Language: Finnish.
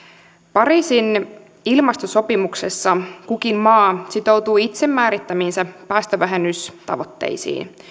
pariisin ilmastosopimuksessa kukin maa sitoutuu itse määrittämiinsä päästövähennystavoitteisiin